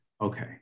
Okay